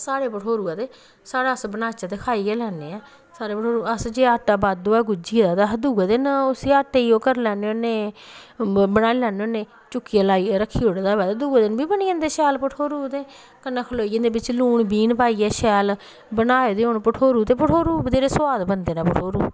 साढ़े भठोरू ऐ ते साढ़े अस बनाचै ते खाई गै लैन्ने आं साढ़े भठोरू जे आटा बद्ध होऐ गुज्झे दा ते अस दुऐ दिन उस आटे गी ओह् करी लैन्ने होन्ने बनाई लैन्ने होन्ने चुक्कियै लाइयै रक्खी ओड़े दा होऐ ते दुऐ दिन बी बनी जंदे शैल भठोरू ओह्दे कन्नै खनोई जंदे लून बीह्न पाईयै बिच्च बनाए दे होन भठोरू ते भठोरू बी बत्थेरे सोआद बनदे नै भठोरू